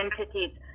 entities